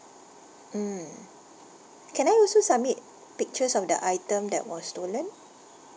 mm can I also submit pictures of the item that was stolen